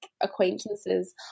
acquaintances